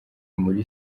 muri